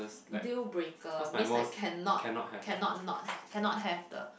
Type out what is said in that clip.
deal breaker means like cannot cannot not cannot have the